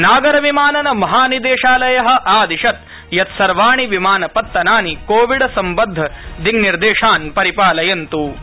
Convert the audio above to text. नागर विमानन महानिदेशालय आदिशत ा यत ा सर्वोणि विमानपत्तनानि कोविड सम्बद्ध दिङ्निर्देशा परिपालयन्त्